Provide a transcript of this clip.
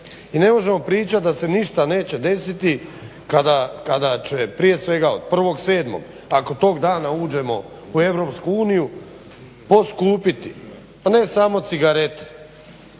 I ne možemo pričati da se ništa neće desiti kada će prije svega od 1.7.ako tog dana uđemo u EU poskupiti a ne samo cigarete,